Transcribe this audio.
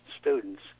students